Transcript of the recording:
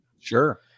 Sure